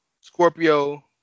Scorpio